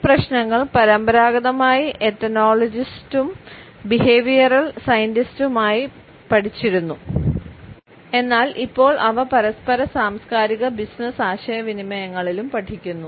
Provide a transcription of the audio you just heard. ഈ പ്രശ്നങ്ങൾ പരമ്പരാഗതമായി എത്നോളജിസ്റ്റും പഠിച്ചിരുന്നു എന്നാൽ ഇപ്പോൾ അവ പരസ്പര സാംസ്കാരിക ബിസിനസ് ആശയവിനിമയങ്ങളിലും പഠിക്കുന്നു